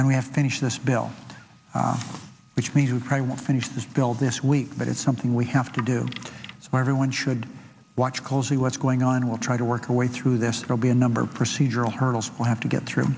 and we have finished this bill which means you probably won't finish this bill this week but it's something we have to do everyone should watch closely what's going on and we'll try to work our way through this will be a number of procedural hurdles we have to get through